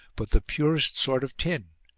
but the purest sort of tin,